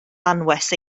anwes